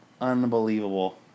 Unbelievable